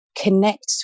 connect